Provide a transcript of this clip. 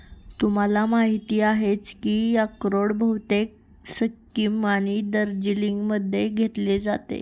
तुम्हाला माहिती आहेच की अक्रोड बहुतेक सिक्कीम आणि दार्जिलिंगमध्ये घेतले जाते